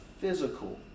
physical